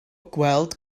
gweld